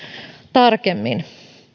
tarkemmin